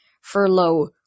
furlough